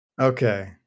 Okay